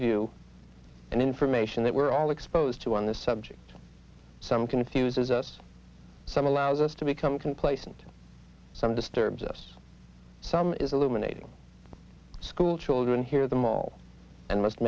view and information that we're all exposed to on this subject some confuses us some allows us to become complacent some disturbs us some is illuminated school children hear them all and must